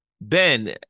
Ben